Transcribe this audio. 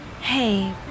Hey